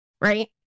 right